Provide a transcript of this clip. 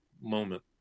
moment